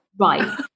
Right